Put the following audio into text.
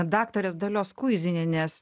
daktarės dalios kuizinienės